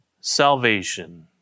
salvation